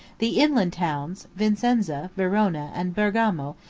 the inland towns, vicenza, verona, and bergamo,